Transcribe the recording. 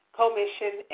commission